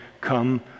come